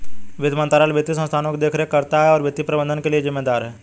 वित्त मंत्रालय वित्तीय संस्थानों की देखरेख करता है और वित्तीय प्रबंधन के लिए जिम्मेदार है